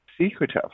secretive